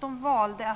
Man valde